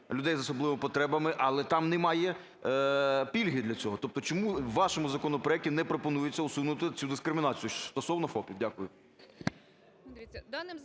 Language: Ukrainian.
людей з особливими потребами, але там немає пільги для цього. Тобто чому в вашому законопроекті не пропонується усунути цю дискримінацію стосовно ФОПів? Дякую.